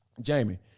Jamie